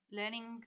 learning